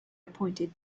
appointed